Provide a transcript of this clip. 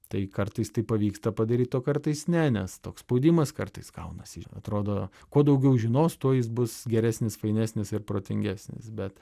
tai kartais tai pavyksta padaryt o kartais ne nes toks spaudimas kartais gaunasi ir atrodo kuo daugiau žinos tuo jis bus geresnis fainesnis ir protingesnis bet